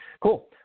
Cool